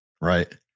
Right